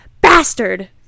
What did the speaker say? Bastard